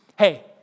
hey